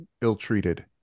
ill-treated